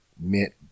meant